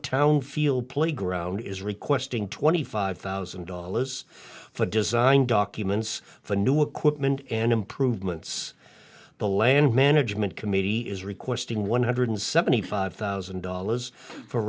town feel playground is requesting twenty five thousand dollars for design documents for a new equipment and improvements the land management committee is requesting one hundred seventy five thousand dollars for